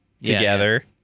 together